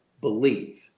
believe